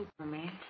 Superman